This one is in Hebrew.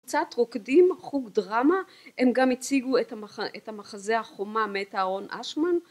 קצת רוקדים חוג דרמה הם גם הציגו את המחזה החומה מאת אהרון אשמן